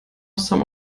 some